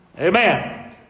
Amen